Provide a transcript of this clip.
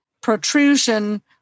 protrusion